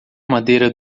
madeira